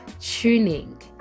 tuning